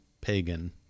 pagan